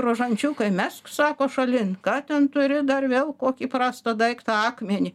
rožančiuką mesk sako šalin ką ten turi dar vėl kokį prastą daiktą akmenį